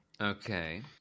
Okay